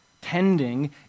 Tending